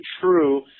true